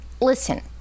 listen